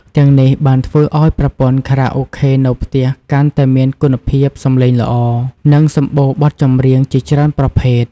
ទាំងនេះបានធ្វើឲ្យប្រព័ន្ធខារ៉ាអូខេនៅផ្ទះកាន់តែមានគុណភាពសំឡេងល្អ និងសម្បូរបទចម្រៀងជាច្រើនប្រភេទ។